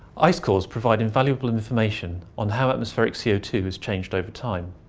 ice cores provide invaluable information on how atmospheric c o two has changed over time.